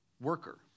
worker